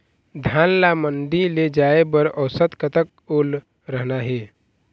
धान ला मंडी ले जाय बर औसत कतक ओल रहना हे?